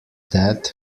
death